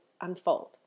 unfold